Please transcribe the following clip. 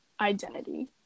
identity